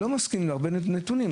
והם לא מסכימים להרבה נתונים.